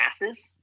masses